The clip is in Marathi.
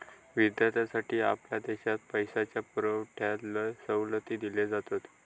विद्यार्थ्यांसाठी आपल्या देशात पैशाच्या पुरवठ्यात लय सवलती दिले जातत